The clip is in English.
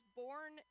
born